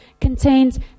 contains